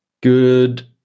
Good